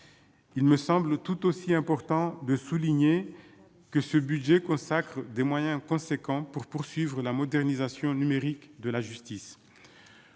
il me semble tout aussi important de souligner que ce budget consacrent des moyens conséquents pour poursuivre la modernisation numérique de la justice,